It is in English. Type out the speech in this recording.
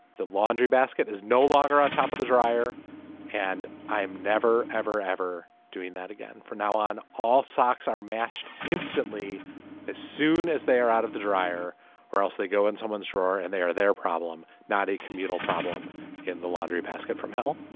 the laundry basket is no longer on top of the dryer and i am never ever ever doing that again. for now on all socks are matched instantly as soon as they are out of the dryer or else they go in someone's drawer and they are their problem not a communal problem in the laundry basket from hell.